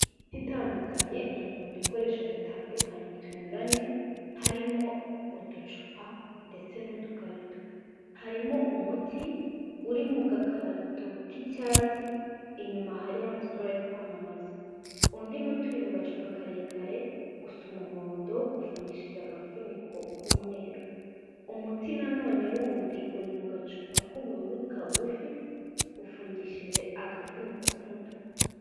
Imiti itandukanye iri mu dukoresho dutandukanye tunyuranye, harimo uducupa ndetse n'udukarito. Harimo umuti uri mu gakarito k'icyatsi, inyuma hariho amasura yo kwamamaza. Undi muti uri mu gacupa karekare, usa umuhondo, ufungishije agafuniko k'umweru. Umuti nanone wundi uri mu gacupa k'ubururu kagufi, ufungishije agafuniko k'umutuku.